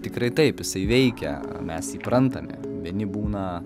tikrai taip jisai veikia mes įprantame vieni būna